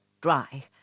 dry